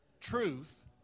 truth